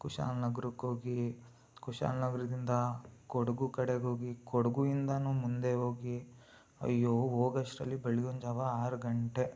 ಕುಶಾಲ ನಗರಕ್ಕೋಗಿ ಕುಶಾಲ ನಗರದಿಂದ ಕೊಡಗು ಕಡೆಗೋಗಿ ಕೊಡಗು ಇಂದಲೂ ಮುಂದೆ ಹೋಗಿ ಅಯ್ಯೋ ಹೋಗೋಷ್ಟರಲ್ಲಿ ಬೆಳಗಿನ ಜಾವ ಆರು ಗಂಟೆ